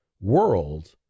world